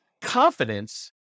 confidence